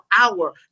hour